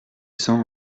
sang